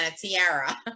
tiara